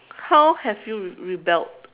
how have you re~ rebelled